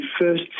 first